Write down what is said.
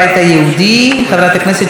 חברת הכנסת שולי מועלם-רפאלי,